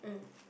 mm